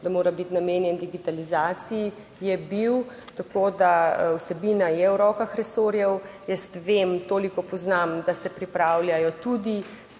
da mora biti namenjen digitalizaciji je bil tako, da vsebina je v rokah resorjev. Jaz vem, toliko poznam, da se pripravljajo tudi